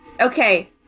Okay